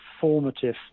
formative –